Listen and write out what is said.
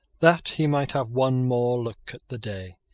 that he might have one more look at the day.